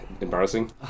embarrassing